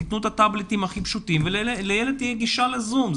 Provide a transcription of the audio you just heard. תקנו את הטאבלטים הכי פשוטים ולילד תהיה גישה לזום.